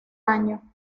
año